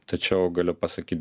tačiau galiu pasakyt